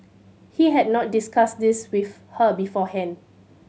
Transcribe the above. he had not discussed this with her beforehand